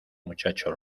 muchacho